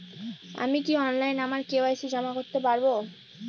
আমি কি অনলাইন আমার কে.ওয়াই.সি জমা করতে পারব?